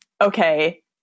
okay